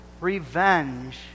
Revenge